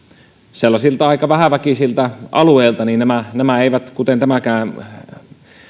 sellaisilta aika vähäväkisiltä alueilta että nämä eivät kuten tämäkään